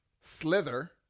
Slither